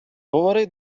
говори